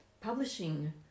publishing